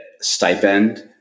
stipend